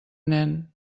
nen